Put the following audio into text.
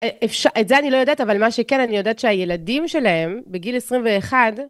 את זה אני לא יודעת, אבל מה שכן, אני יודעת שהילדים שלהם בגיל 21...